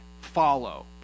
Follow